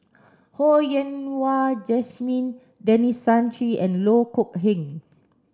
Ho Yen Wah Jesmine Denis Santry and Loh Kok Heng